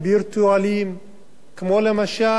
כמו למשל "הישרדות".